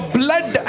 blood